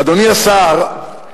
אדוני השר,